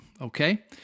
okay